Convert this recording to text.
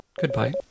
Goodbye